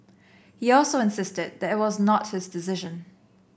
he also insisted that it was not his decision